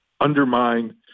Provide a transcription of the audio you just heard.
undermine